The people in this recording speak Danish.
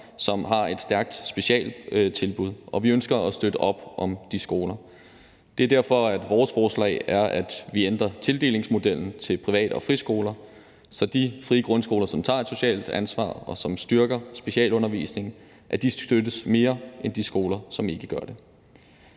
som har et stærkt specialtilbud, og vi ønsker at støtte op om de skoler. Det er derfor, vores forslag er, at vi ændrer tildelingsmodellen til privat- og friskoler, så de frie grundskoler, som tager et socialt ansvar, og som styrker specialundervisningen, støttes mere end de skoler, som ikke gør det.